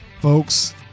folks